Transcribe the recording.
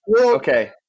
Okay